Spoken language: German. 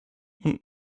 und